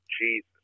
Jesus